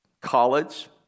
college